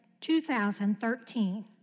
2013